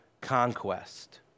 Conquest